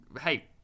hey